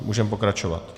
Můžeme pokračovat.